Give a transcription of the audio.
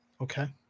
Okay